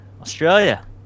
Australia